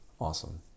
Awesome